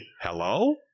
Hello